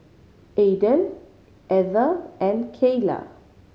Aiden Ether and Keila